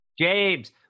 James